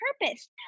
purpose